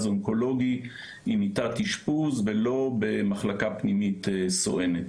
אונקולוגי עם מיטת אשפוז ולא במחלקה פנימית סואנת,